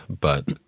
but-